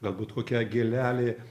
galbūt kokia gėlelė